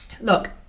Look